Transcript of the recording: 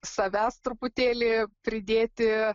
savęs truputėlį pridėti